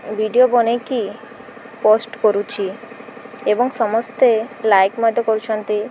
video ବନେଇକି post କରୁଛି ଏବଂ ସମସ୍ତେ ଲାଇକ୍ ମଧ୍ୟ କରୁଛନ୍ତି